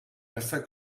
passa